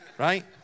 right